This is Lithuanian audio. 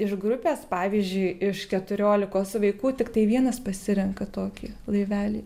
iš grupės pavyzdžiui iš keturiolikos vaikų tiktai vienas pasirenka tokį laivelį